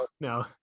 No